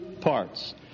parts